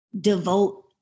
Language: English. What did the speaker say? devote